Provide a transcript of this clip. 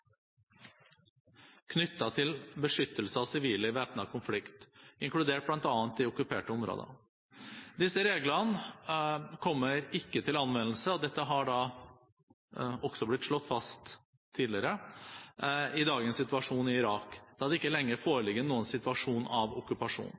til beskyttelse av sivile i væpnet konflikt, inkludert bl.a. i okkuperte områder. Disse reglene kommer ikke til anvendelse – og dette har også blitt slått fast tidligere – i dagens situasjon i Irak, da det ikke lenger